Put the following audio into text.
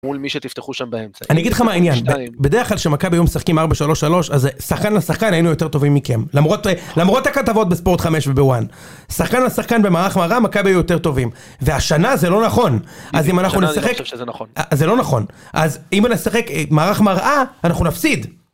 מול מי שתפתחו שם באמצע. אני אגיד לך מה העניין, בדרך כלל שמכבי היו משחקים 4-3-3, אז שחקן לשחקן היינו יותר טובים מכם. למרות הכתבות בספורט 5 וב-One. שחקן לשחקן במערך מראה, מכבי היו יותר טובים. והשנה זה לא נכון. אז אם אנחנו נשחק... אני חושב שזה נכון. זה לא נכון. אז אם נשחק מערך מראה, אנחנו נפסיד.